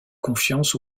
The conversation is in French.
confiance